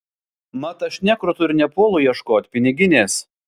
mat aš nekrutu ir nepuolu ieškot piniginės